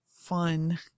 fun